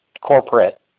corporate